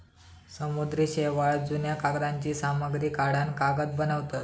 समुद्री शेवाळ, जुन्या कागदांची सामग्री काढान कागद बनवतत